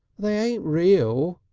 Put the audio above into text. they ain't real,